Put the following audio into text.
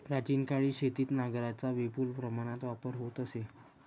प्राचीन काळी शेतीत नांगरांचा विपुल प्रमाणात वापर होत असे